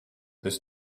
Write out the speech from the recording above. this